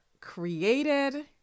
created